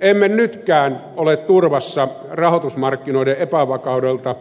emme nytkään ole turvassa rahoitusmarkkinoiden epävakaudelta